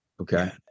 Okay